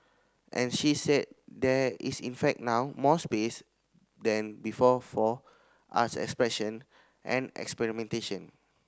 and she said there is in fact now more space than before for arts expression and experimentation